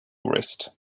wrist